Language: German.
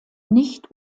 nicht